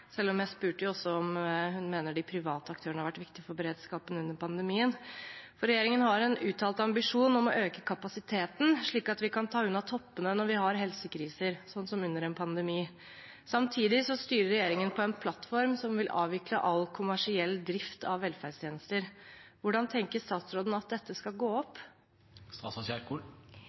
selv om jeg også spurte om hun mener de private aktørene har vært viktige for beredskapen under pandemien. Regjeringen har en uttalt ambisjon om å øke kapasiteten, slik at vi kan ta unna toppene når vi har helsekriser, som under en pandemi. Samtidig styrer regjeringen på en plattform som vil avvikle all kommersiell drift av velferdstjenester. Hvordan tenker statsråden at dette skal gå